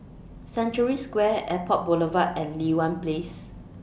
Century Square Airport Boulevard and Li Hwan Place